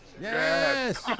Yes